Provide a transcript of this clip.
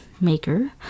maker